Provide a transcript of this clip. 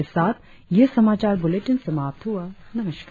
इसी के साथ यह समाचार बुलेटिन समाप्त हुआ नमस्कार